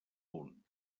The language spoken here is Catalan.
punt